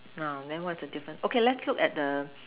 uh then what's the difference okay let's look at the